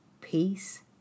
Peace